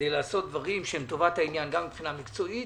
לעשות דברים לטובת העניין גם מבחינה מקצועית